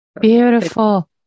Beautiful